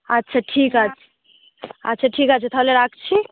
আচ্ছা ঠিক আছে আচ্ছা ঠিক আছে তাহলে রাখছি